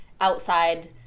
outside